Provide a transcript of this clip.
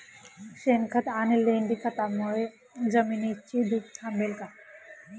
शेणखत आणि लेंडी खतांमुळे जमिनीची धूप थांबेल का?